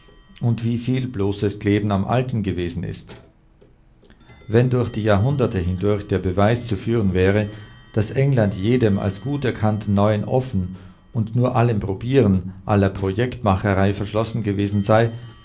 und wie viel bloßes kleben am alten gewesen ist wenn durch die jahrhunderte hindurch der beweis zu führen wäre daß england jedem als gut erkannten neuen offen und nur allem probieren aller projektmacherei verschlossen gewesen sei